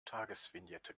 tagesvignette